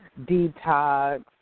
detox